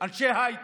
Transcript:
אנשי הייטק,